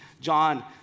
John